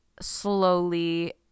slowly